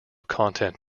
content